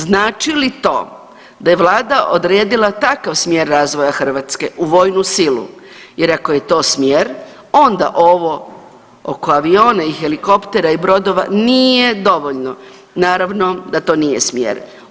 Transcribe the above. Znači li to da je vlada odredila takav smjer razvoja Hrvatske u vojnu silu jer ako je to smjer onda ovo oko aviona i helikoptera i brodova nije dovoljno, naravno da to nije smjer.